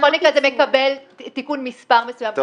בכל מקרה זה מקבל תיקון מספר מסוים,